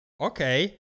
Okay